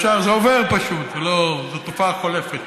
זה עובר, פשוט, זו תופעה חולפת,